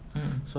mm